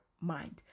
mind